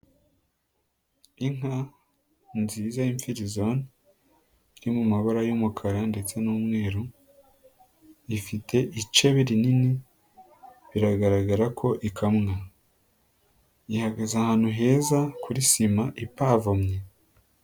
Inka nziza y'imfirizoni iriri mu mabara y'umukara ndetse n'umweru, ifite icebe rinini biragaragara ko ikamwa, ihagaze ahantu heza kuri sima ipavomye.